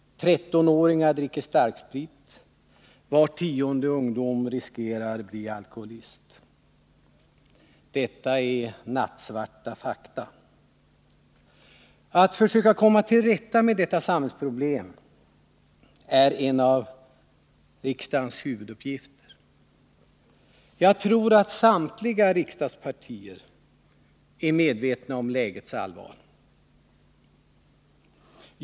13-åringar dricker starksprit. Var tionde ungdom riskerar att bli alkoholist. — Detta är natttsvarta fakta. Att försöka komma till rätta med detta samhällproblem är en av riksdagens huvuduppgifter. Jag tror att samtliga riksdagspartier är medvetna om lägets allvar.